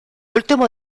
último